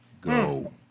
go